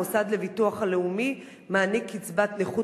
המוסד לביטוח לאומי מעניק קצבת נכות